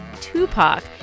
Tupac